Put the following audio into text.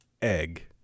Egg